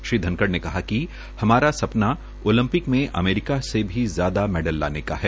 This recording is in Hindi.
श्री धनखड़ ने कहा कि हमारा सपना ओलम्पिक में अमेरिका से भी ज्यादा मैडल लाने का है